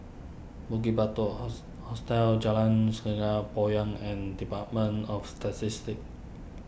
Bukit Batok house Hostel Jalan Sungei Poyan and Department of Statistics